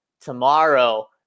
tomorrow